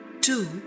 two